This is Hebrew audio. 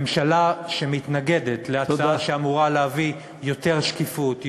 ממשלה שמתנגדת להצעה שאמורה להביא יותר שקיפות,